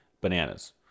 bananas